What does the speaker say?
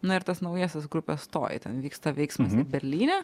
na ir tas naujasis grupės toj ten vyksta veiksmas berlyne